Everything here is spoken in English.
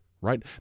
right